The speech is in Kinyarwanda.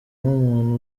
nk’umuntu